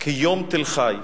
כיום תל-חי.